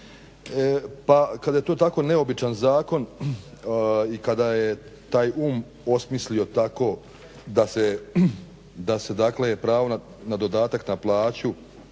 Pa kada je to tako neobičan zakon i kada je taj um osmislio tako da se dakle pravo na dodatak na plaću